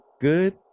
good